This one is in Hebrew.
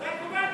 מה הוא צועק?